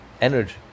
energy